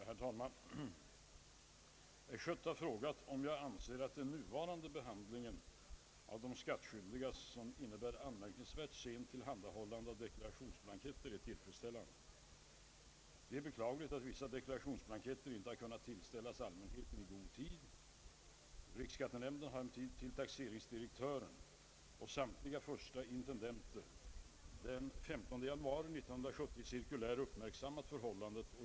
Herr talman! Herr Schött har frågat mig om jag anser att den nuvarande behandlingen av de skattskyldiga, som innebär anmärkningsvärt sent tillhandahållande av deklarationsblanketter, är tillfredsställande. Det är beklagligt att vissa deklarationsblanketter icke har kunnat tillställas allmänheten i god tid. Riksskattenämnden har emellertid till taxeringsdirektören och samtliga förste intendenter den 15 januari 1970 i cirkulär uppmärksammat förhållandet.